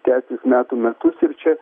tęstis metų metus ir čia